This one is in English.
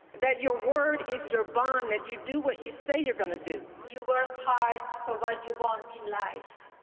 that your word is your bond. that you do what you say you're gonna do. you work hard for what you want in life.